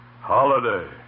Holiday